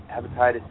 hepatitis